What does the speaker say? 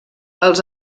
els